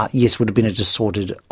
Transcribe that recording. um yes would've been a distorted.